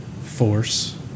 Force